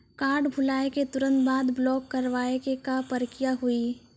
Card भुलाए के तुरंत बाद ब्लॉक करवाए के का प्रक्रिया हुई?